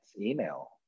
email